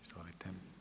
Izvolite.